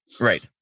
Right